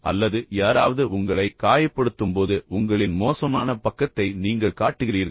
அல்லது யாராவது உங்களை காயப்படுத்தும்போது உங்களின் மோசமான பக்கத்தை நீங்கள் காட்டுகிறீர்களா